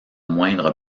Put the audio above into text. moindre